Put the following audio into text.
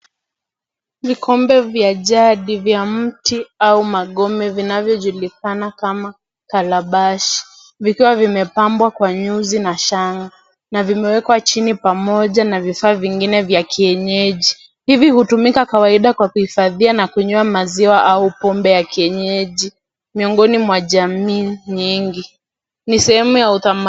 Vikombe vya jadi vya mti au magome vinavyojulikana kama kalabashi; vikiwa vimepambwa kwa nyuzi na shanga na vimewekwa chini pamoja na vifaa vingine vya kienyeji. Hivi hutumika kawaida kwa kuhifadhia na kunywea maziwa au pombe ya kienyeji miongoni mwa jamii nyingi. Ni sehemu ya utama...